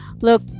look